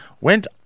went